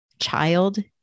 child